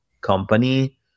company